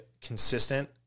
consistent